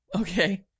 Okay